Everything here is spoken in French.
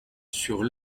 sur